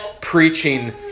preaching